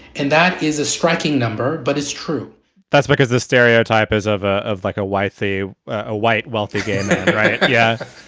and that is a striking number. but it's true that's because the stereotype is of ah of like a white a white, wealthy gay yeah